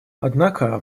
однако